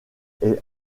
est